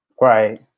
Right